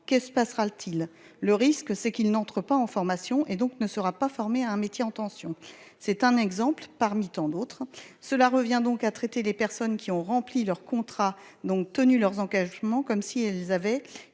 que se passera-t-il le risque c'est qu'il n'entre pas en formation et donc ne sera pas former à un métier en tension, c'est un exemple parmi tant d'autres, cela revient donc à traiter les personnes qui ont rempli leur contrat, donc tenu leurs engagements, comme si elles avaient